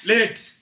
Late